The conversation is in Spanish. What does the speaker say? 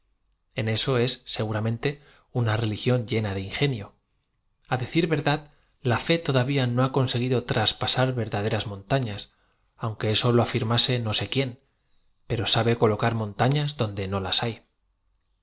en eso es segura mente una religión llena de ingenio a decir verdad la fe todavía no ha conseguido traspasar verdaderas montafias aunque eao lo afírmase no sé quién pero sabe colocar montañas donde no las hay